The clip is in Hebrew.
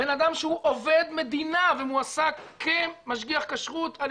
בן אדם שהוא עובד מדינה ומועסק כמשגיח כשרות על